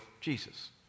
jesus